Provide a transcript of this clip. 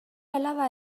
alaba